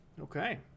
Okay